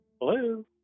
Hello